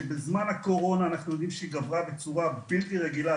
שבזמן הקורונה אנחנו יודעים שהיא גדלה בצורה בלתי רגילה,